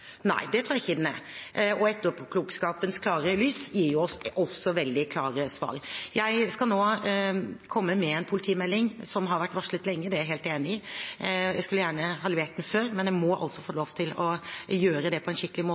Nei, det tror jeg ikke den er, og etterpåklokskapens klare lys gir oss jo også veldig klare svar. Jeg skal nå komme med en politimelding – som har vært varslet lenge, det er jeg helt enig i. Jeg skulle gjerne ha levert den før, men jeg må få lov til å gjøre det på en skikkelig måte.